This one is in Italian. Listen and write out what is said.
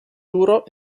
duro